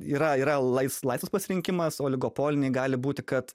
yra yra lai laisvas pasirinkimas oligopolinėj gali būti kad